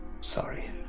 Sorry